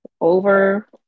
over